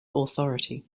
authority